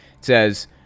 says